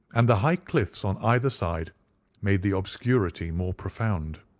and the high cliffs on either side made the obscurity more profound.